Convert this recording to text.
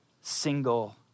single